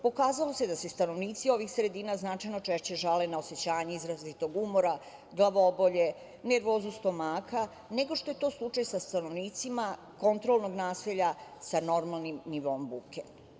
Pokazalo se da se stanovnici ovih sredina značajno češće žale na osećanje izrazitog umora, glavobolje, nervozu stomaka, nego što je to slučaj sa stanovnicima kontrolnog naselja sa normalnim nivoom buke.